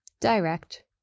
direct